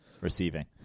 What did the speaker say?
receiving